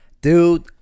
dude